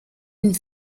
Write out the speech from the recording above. une